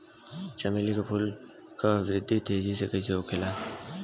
चमेली क फूल क वृद्धि तेजी से कईसे होखेला?